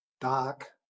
dark